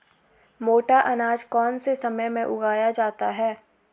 मोटा अनाज कौन से समय में उगाया जाता है?